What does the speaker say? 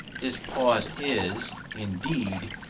this pause is, indeed,